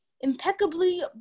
impeccably